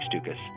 Stukas